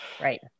Right